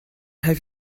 have